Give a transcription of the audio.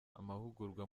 amahugurwa